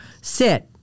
Sit